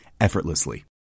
effortlessly